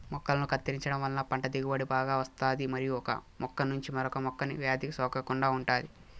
మొక్కలను కత్తిరించడం వలన పంట దిగుబడి బాగా వస్తాది మరియు ఒక మొక్క నుంచి మరొక మొక్కకు వ్యాధి సోకకుండా ఉంటాది